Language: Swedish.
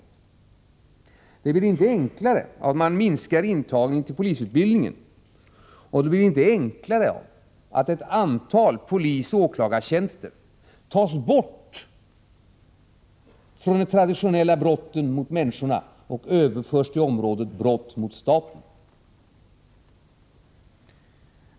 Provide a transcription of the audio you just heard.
Inte heller blir det enklare av att man minskar intagningen till polisutbildningen och av att ett antal polisoch åklagartjänster tas bort från behandlingen av de traditionella brotten mot människor och överförs till området brott motstaten.